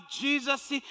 Jesus